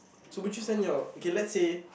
so would you send your okay let's say